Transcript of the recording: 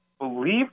believe